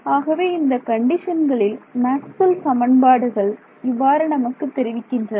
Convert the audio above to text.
ஆகவே இந்த கண்டிஷன்களில் மேக்ஸ்வெல் சமன்பாடுகள் இவ்வாறு நமக்குத் தெரிவிக்கின்றன